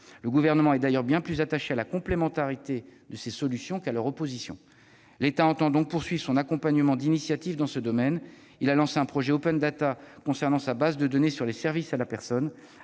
Le Gouvernement est d'ailleurs bien plus attaché à la complémentarité de ces solutions qu'à leur opposition. L'État entend donc poursuivre son accompagnement d'initiatives dans ce domaine : il a lancé un projet d'concernant sa base de données sur les services à la personne,